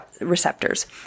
receptors